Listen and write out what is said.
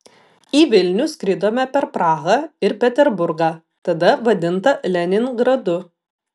į vilnių skridome per prahą ir peterburgą tada vadintą leningradu